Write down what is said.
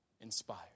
inspired